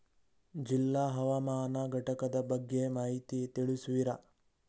ಜಿಲ್ಲಾ ಹವಾಮಾನ ಘಟಕದ ಬಗ್ಗೆ ಮಾಹಿತಿ ತಿಳಿಸುವಿರಾ?